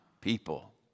people